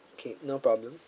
okay no problem